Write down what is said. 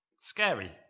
scary